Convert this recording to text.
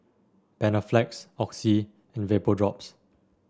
Panaflex Oxy and Vapodrops